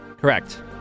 Correct